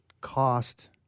cost